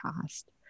past